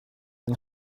yng